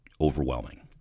overwhelming